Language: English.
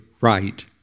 right